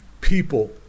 people